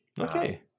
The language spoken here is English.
Okay